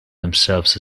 themselves